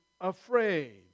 afraid